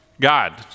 God